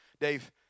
Dave